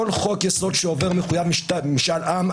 כל חוק-יסוד שעובר מחויב משאל עם,